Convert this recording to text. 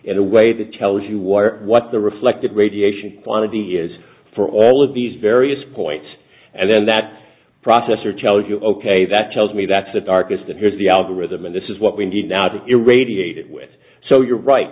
in a way that tells you water what the reflected radiation quantity is for all of these various points and then that process or tell you ok that tells me that's the darkest and here's the algorithm and this is what we need now to irradiate it with so you're right